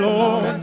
Lord